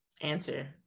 answer